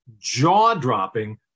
jaw-dropping